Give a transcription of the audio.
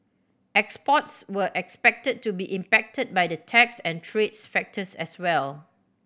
exports were expected to be impacted by the tax and trades factors as well